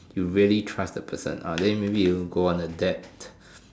you really trust the person ah then maybe you go on a debt